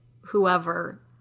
whoever